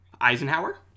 Eisenhower